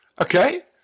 Okay